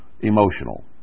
emotional